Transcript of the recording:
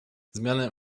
zmianę